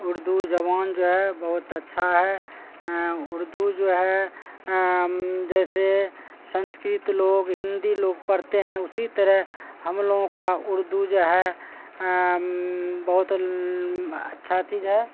اردو زبان جو ہے بہت اچھا ہے اردو جو ہے جیسے سنسکرت لوگ ہندی لوگ پڑھتے ہیں اسی طرح ہم لوگوں کا اردو جو ہے بہت اچھا چیز ہے